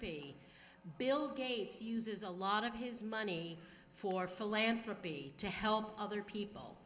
y bill gates uses a lot of his money for philanthropy to help other people